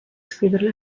scrivere